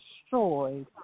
destroyed